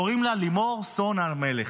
קוראים לה לימור סון הר מלך.